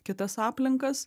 kitas aplinkas